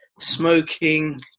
smoking